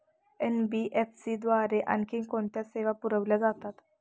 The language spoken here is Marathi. एन.बी.एफ.सी द्वारे आणखी कोणत्या सेवा पुरविल्या जातात?